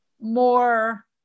more